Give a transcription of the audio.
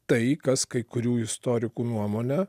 tai kas kai kurių istorikų nuomone